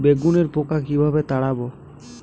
বেগুনের পোকা কিভাবে তাড়াব?